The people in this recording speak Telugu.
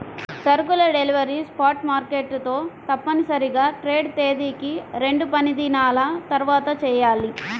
సరుకుల డెలివరీ స్పాట్ మార్కెట్ తో తప్పనిసరిగా ట్రేడ్ తేదీకి రెండుపనిదినాల తర్వాతచెయ్యాలి